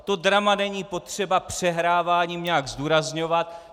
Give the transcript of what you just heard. To drama není potřeba přehráváním nějak zdůrazňovat.